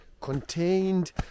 contained